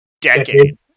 decade